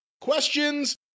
questions